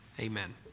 Amen